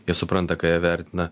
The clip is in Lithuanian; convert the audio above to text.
jie supranta ką jie vertina